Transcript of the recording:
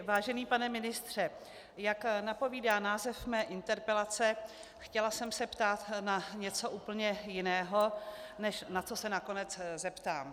Vážený pane ministře, jak napovídá název mé interpelace, chtěla jsem se ptát na něco úplně jiného, než na co se nakonec zeptám.